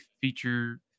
feature